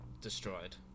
destroyed